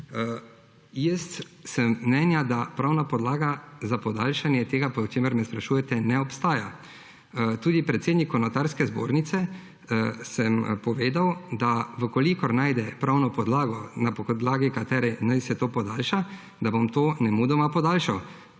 Jaz sem mnenja, da pravna podlaga za podaljšanje tega, po čemer me sprašujete, ne obstaja. Tudi predsedniku Notarske zbornice sem povedal, da v kolikor najde pravno podlago, na podlagi katere naj se to podaljša, da bom to nemudoma podaljšal.